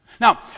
Now